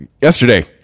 yesterday